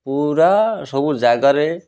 ପୁରା ସବୁ ଜାଗାରେ